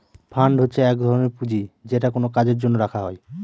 fund হচ্ছে এক ধরনের পুঁজি যেটা কোনো কাজের জন্য রাখা হয়